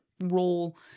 role